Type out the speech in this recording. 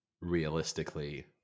realistically